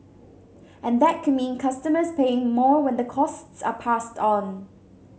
and that could mean customers paying more when the costs are passed on